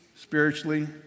spiritually